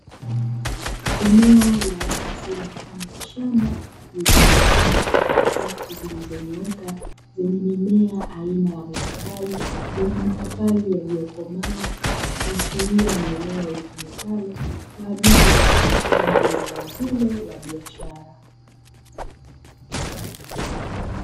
Eneo la wazi mfano wa shamba lililogawanywa katika safu zilizonyooka zenye mimea aina ya mipapai, yenye mapapai yaliyokomaa kuashiria ni eneo litumikalo kwa ajili ya uzalishaji wa zao hilo la biashara.